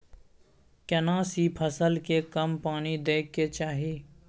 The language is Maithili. केना सी फसल के कम पानी दैय के चाही?